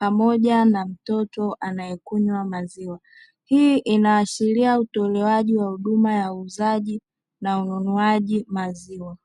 pamoja na mtoto anayekunywa maziwa, hii inaashiria utolewaji wa huduma ya uuzaji na ununuaji wa maziwa.